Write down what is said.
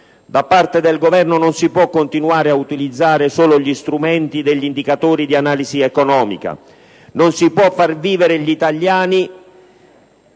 Da parte del Governo non si può continuare ad utilizzare solo gli strumenti degli indicatori di analisi economica; non si può far vivere gli italiani